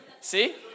See